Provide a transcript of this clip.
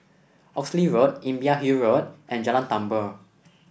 Oxley Road Imbiah Hill Road and Jalan Tambur